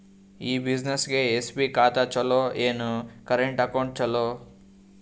ಈ ಬ್ಯುಸಿನೆಸ್ಗೆ ಎಸ್.ಬಿ ಖಾತ ಚಲೋ ಏನು, ಕರೆಂಟ್ ಅಕೌಂಟ್ ಚಲೋ?